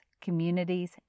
communities